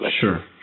Sure